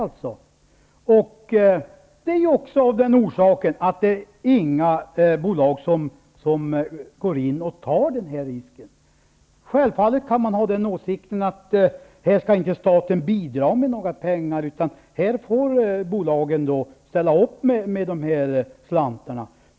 Orsaken till det är också att det inte är några bolag som går in och tar den risken. Självfallet kan man ha åsikten att staten inte skall bidra med några pengar här utan att bolagen får ställa upp med slantarna.